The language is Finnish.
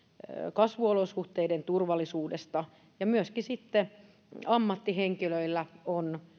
kasvuolosuhteiden turvallisuudesta myöskin ammattihenkilöillä on